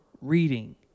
reading